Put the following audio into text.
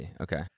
okay